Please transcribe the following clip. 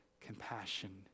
compassion